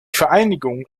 vereinigung